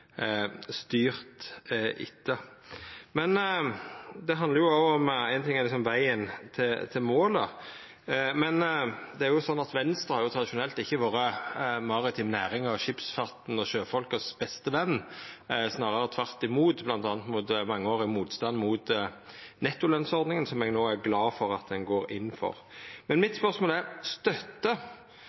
styrt etter. Éin ting er vegen til målet, men det er jo slik at Venstre tradisjonelt ikkje har vore den beste venen til den maritime næringa, skipsfarten og sjøfolka, snarare tvert imot, bl.a. gjennom mangeårig motstand mot nettolønsordninga, som eg no er glad for at ein går inn for. Spørsmålet mitt er: